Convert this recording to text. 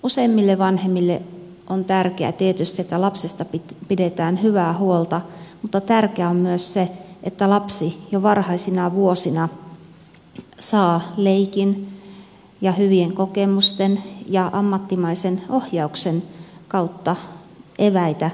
useimmille vanhemmille on tärkeää tietysti että lapsesta pidetään hyvää huolta mutta tärkeää on myös se että lapsi jo varhaisina vuosina saa leikin ja hyvien kokemusten ja ammattimaisen ohjauksen kautta eväitä elämään